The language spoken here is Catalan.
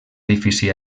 edifici